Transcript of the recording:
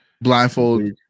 blindfold